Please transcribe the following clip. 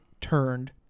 turned